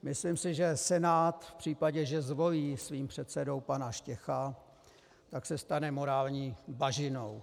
Myslím si, že Senát v případě, že zvolí svým předsedou pana Štěcha, tak se stane morální bažinou.